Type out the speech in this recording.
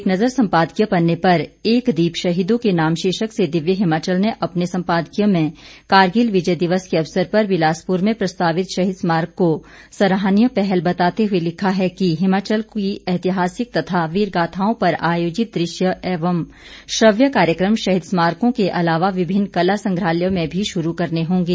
एक नजर संपादकीय पन्ने पर एक दीप शहीदों के नाम शीर्षक से दिव्य हिमाचल ने अपने संपादकीय में कारगिल विजय दिवस के अवसर पर बिलासपुर मे प्रस्तावित शहीद स्मारक को सराहनीय पहल बताते हुए लिखा है कि हिमाचल की ऐतिहासिक तथा वीरगाथाओं पर आयोजित दृश्य एवं श्रव्य कार्यकम शहीद स्मारकों के अलावा विभिन्न कला संग्रहालयों में भी शुरू करने होंगे